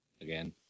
again